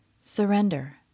Surrender